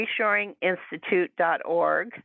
reshoringinstitute.org